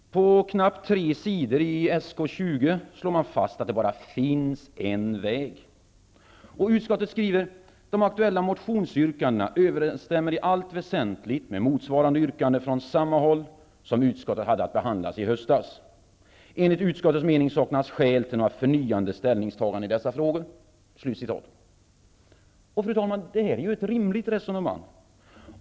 På knappt tre sidor i betänkande SkU20 slår man fast att det bara finns en väg. Utskottet skriver: ''De aktuella motionsyrkandena överensstämmer i allt väsentligt med de motsvarande yrkanden från samma håll som utskottet hade att behandla i höstas. Enligt utskottets mening saknas skäl till några förnyade ställningstaganden i dessa frågor.'' Fru talman! Detta är faktiskt ett rimligt resonemang.